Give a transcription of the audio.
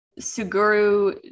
suguru